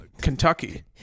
Kentucky